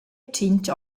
tschinch